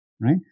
right